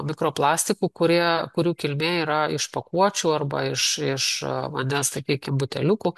mikroplastikų kurie kurių kilmė yra iš pakuočių arba iš iš vandens sakykim buteliukų